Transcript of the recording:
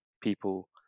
people